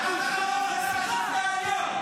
חבר הכנסת שטרן.